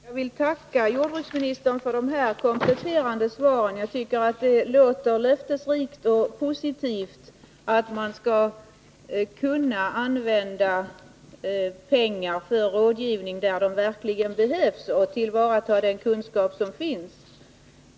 Fru talman! Jag vill tacka jordbruksministern för de kompletterande svaren. Jag tycker att det låter löftesrikt och positivt att man skall kunna använda medlen för rådgivning där de verkligen behövs och att man skall tillvarata den kunskap som finns.